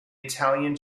italian